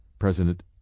President